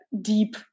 deep